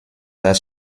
das